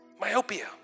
Myopia